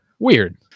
weird